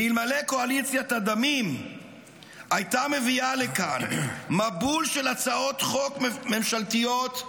ואלמלא קואליציית הדמים הייתה מביאה לכאן מבול של הצעות חוק ממשלתיות,